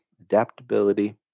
adaptability